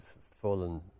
fallen